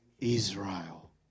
Israel